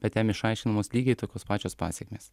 bet jam išaiškinamos lygiai tokios pačios pasekmės